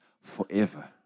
forever